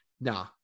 Nah